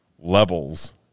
levels